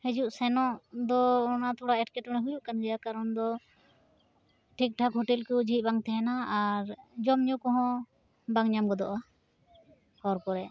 ᱦᱤᱡᱩᱜ ᱥᱮᱱᱚᱜ ᱫᱚ ᱚᱱᱟ ᱛᱷᱚᱲᱟ ᱮᱴᱠᱮᱴᱚᱲᱮ ᱦᱩᱭᱩᱜ ᱠᱟᱱ ᱜᱤᱭᱟ ᱠᱟᱨᱚᱱᱫᱚ ᱴᱷᱤᱠᱴᱷᱟᱠ ᱦᱚᱴᱮᱞ ᱠᱚ ᱡᱷᱤᱡ ᱵᱟᱝ ᱛᱮᱦᱮᱱᱟ ᱟᱨ ᱡᱚᱢ ᱧᱩ ᱠᱚᱦᱚ ᱵᱟᱝ ᱧᱟᱢ ᱜᱚᱫᱚᱼᱟ ᱦᱚᱨ ᱠᱚᱨᱮ